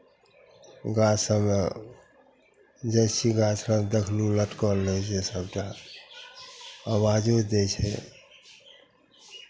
गाछसभमे जाइ छी गाछ लग देखलहुँ लटकल रहै छै सभटा आवाजो दै छै